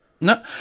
No